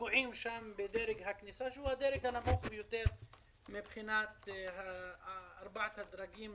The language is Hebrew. הדרג הנמוך מתוך ארבעת הדרגים